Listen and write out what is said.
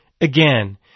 Again